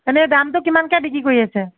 এনেই দামটো কিমানকৈ বিক্ৰী কৰি আছে